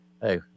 Hey